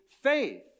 faith